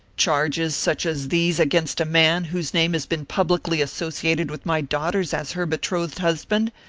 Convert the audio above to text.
charges such as these against a man whose name has been publicly associated with my daughter's as her betrothed husband,